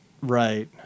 Right